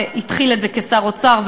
הוא התחיל את זה כשר אוצר,